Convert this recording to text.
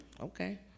Okay